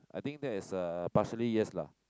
I think that is uh partially yes lah